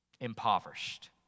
Impoverished